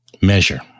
Measure